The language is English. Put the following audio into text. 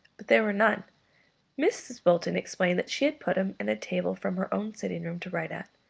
but there were none mrs. bolton explained that she had put him in a table from her own sitting-room to write at.